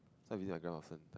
so I visit my grandma often